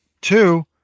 two